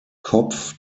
kopf